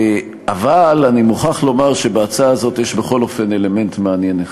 אבל אני מוכרח לומר שבהצעה הזאת יש בכל אופן אלמנט מעניין אחד.